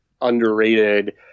underrated